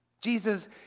Jesus